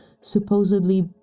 supposedly